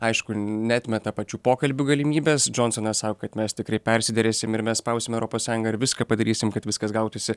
aišku neatmeta pačių pokalbių galimybės džonsonas sako kad mes tikri persiderėsim ir mes spausim europos sąjungą ir viską padarysim kad viskas gautųsi